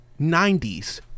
90s